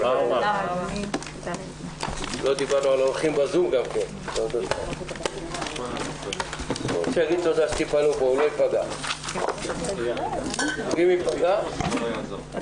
הישיבה ננעלה בשעה 12:50.